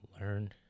learn